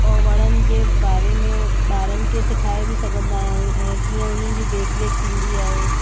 और वणनि जे बारे में ॿारनि खे सिखाए बि सघंदा आहियूं ऐं कीअं उन्हनि जी देखरेख थींदी आहे